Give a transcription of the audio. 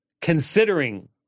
considering